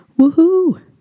Woohoo